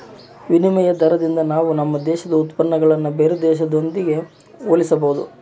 ವಿನಿಮಯ ದಾರದಿಂದ ನಾವು ನಮ್ಮ ದೇಶದ ಉತ್ಪನ್ನಗುಳ್ನ ಬೇರೆ ದೇಶದೊಟ್ಟಿಗೆ ಹೋಲಿಸಬಹುದು